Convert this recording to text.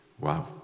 Wow